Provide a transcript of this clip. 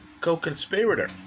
co-conspirator